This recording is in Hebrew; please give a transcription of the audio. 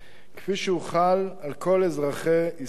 כפי שהוא חל על כל אזרחי ישראל.